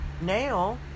now